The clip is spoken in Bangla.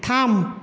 থাম